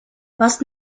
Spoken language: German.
was